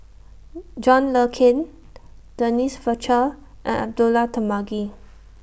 John Le Cain Denise Fletcher and Abdullah Tarmugi